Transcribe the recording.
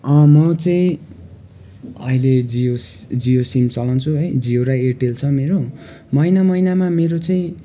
म चाहिँ अहिले जियोस जियो सिम चलाउँछु है जियो र एयरटेल छ मेरो महिना महिनामा मेरो चाहिँ